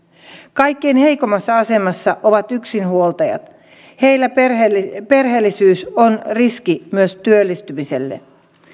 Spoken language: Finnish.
kaikkein heikoimmassa asemassa ovat yksinhuoltajat heillä perheellisyys perheellisyys on riski myös työllistymiselle